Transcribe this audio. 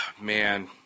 man